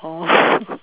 oh